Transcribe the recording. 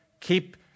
keep